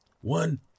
one